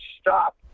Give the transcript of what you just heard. stop